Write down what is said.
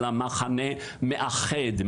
כי אנחנו מחנה מאחד,